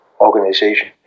organization